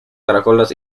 caracoles